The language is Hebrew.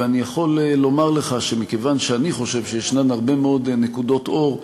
ואני יכול לומר לך שמכיוון שאני חושב שיש הרבה מאוד נקודות אור,